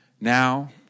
Now